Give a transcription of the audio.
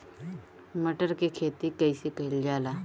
मटर के खेती कइसे कइल जाला?